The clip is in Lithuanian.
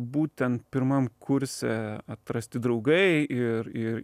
būtent pirmam kurse atrasti draugai ir ir